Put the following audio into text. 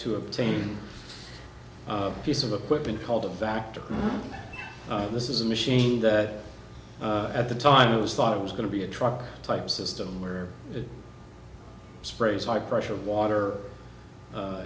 to obtain a piece of equipment called the factory this is a machine that at the time it was thought it was going to be a truck type system where it sprays high pressure water